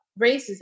racism